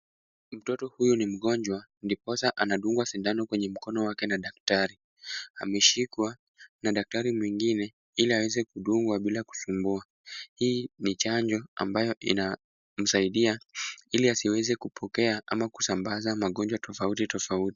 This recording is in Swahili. Mtoto huyu ni mgonjwa ndiposa anadungwa sindano kwenye mkono wake na daktari. Ameshikwa na daktari mwingine ili aweze kudungwa bila kusumbua. Hii ni chanjo ambayo inamsaidia ili asiweze kupokea ama kusambaza magonjwa tofauti tofauti.